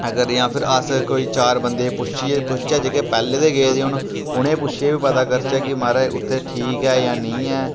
अगर जां फिर अस कोई चार बंदे गी पुच्छियै पुच्छचै जेह्के पैह्ले दे गेदे होन उ'नेंई पुच्छियै बी पता करचै कि महाराज़ उत्थे ठीक ऐ जां नेईं ऐ